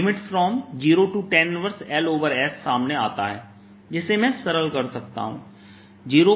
0 tan 1Ls सामने आता है जिसे मैं सरल कर सकता हूं